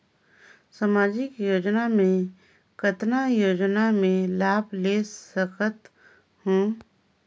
समाजिक योजना मे कतना योजना मे लाभ ले सकत हूं?